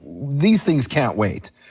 these things can't wait.